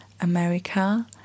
America